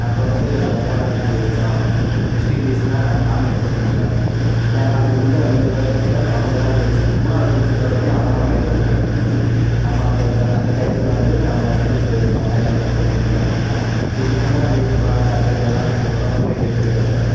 அப்போ வந்து நம்ம போராடிதான் ஜெயித்தோம் வெஸ்ட் இண்டீஸ் தான் டாமினேட் பண்ணிக்கிட்டு இருந்தாங்கள் ஏன்னா அதுக்கு முந்தின ரெண்டு வேர்ல்ட் கப்ல அவங்கதான் ஜெயித்து மூணாவது தடவையும் அவங்கதான் ஃபைனல் வந்தாங்கள் நம்ம அந்த தட அந்த டைத்தில் வந்து நம்ம ஃபைனல் போயிருந்தோம் ஆயிரத்தி தொள்ளாயிரத்தி எண்பத்தி மூணுல இவங்க எங்கடா ஜெயிக்கப் போகிறாங்க அப்படின்னு எல்லாரும் உலகமே கேள்வி கேட்டப்போ